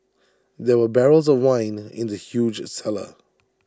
there were barrels of wine in the huge cellar